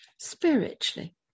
spiritually